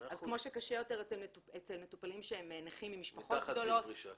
אז כמו שקשה יותר אצל מטופלים שהם נכים עם משפחות גדולות